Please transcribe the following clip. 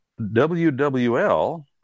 WWL